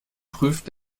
prüft